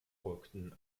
folgten